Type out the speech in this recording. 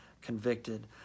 convicted